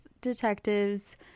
detectives